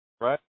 right